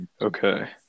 Okay